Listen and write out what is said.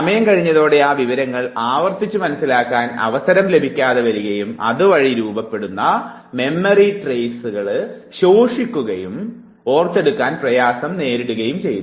സമയം കഴിഞ്ഞതോടെ ആ വിവരങ്ങൾ ആവർത്തിച്ചു മനസ്സിലാക്കാൻ അവസരം ലഭിക്കാതെ വരികയും അതുവഴി രൂപപ്പെടുന്ന മെമ്മറി ട്രെയ്സ് ശോഷിക്കുകയും ഓർത്തെടുക്കാൻ പ്രയാസം നേരിടുകയും ചെയ്യുന്നു